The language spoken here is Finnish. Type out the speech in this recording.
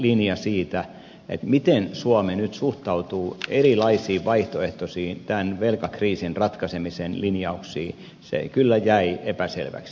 linja siinä miten suomi nyt suhtautuu erilaisiin vaihtoehtoisiin velkakriisin ratkaisemisen linjauksiin jäi kyllä epäselväksi